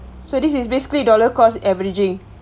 so this is basically dollar cost averaging